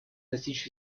достичь